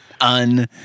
Un